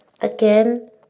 Again